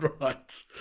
right